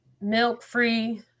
milk-free